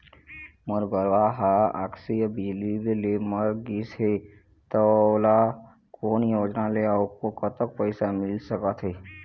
मोर गरवा हा आकसीय बिजली ले मर गिस हे था मोला कोन योजना ले अऊ कतक पैसा मिल सका थे?